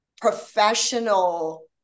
professional